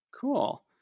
cool